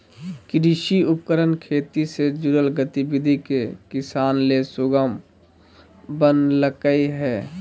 कृषि उपकरण खेती से जुड़ल गतिविधि के किसान ले सुगम बनइलके हें